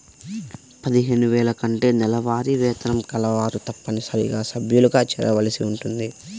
పదిహేను వేల కంటే నెలవారీ వేతనం కలవారు తప్పనిసరిగా సభ్యులుగా చేరవలసి ఉంటుంది